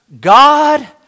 God